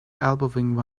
elbowing